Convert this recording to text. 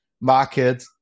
market